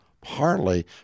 partly